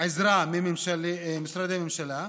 עזרה ממשרדי הממשלה?